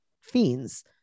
fiends